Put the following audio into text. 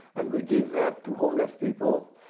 and we give that to homeless people,